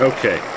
Okay